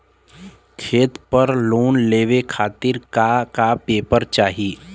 खेत पर लोन लेवल खातिर का का पेपर चाही?